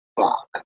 Fuck